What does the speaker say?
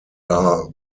are